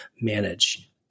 manage